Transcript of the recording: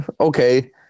okay